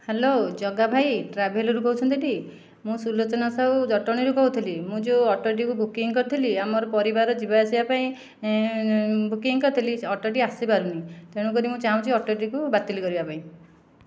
hello Jaga ଭାଇ ଟ୍ରାଭେଲରରୁ କହୁଛନ୍ତି ଟି ମୁଁ ସୁଲୋଚନା ସାହୁ ଜଟଣୀରୁ କହୁଥିଲି ମୁଁ ଯେଉଁ ଅଟୋଟିକୁ ବୁକିଂ କରିଥିଲି ଆମର ପରିବାର ଯିବା ଆସିବା ପାଇଁ ବୁକିଂ କରିଥିଲି ସେ ଅଟୋଟି ଆସିପାରୁନି ତେଣୁ କରି ମୁଁ ଚାହୁଁଛି ଅଟୋଟିକୁ ବାତିଲ କରିବା ପାଇଁ